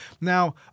Now